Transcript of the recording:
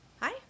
Hi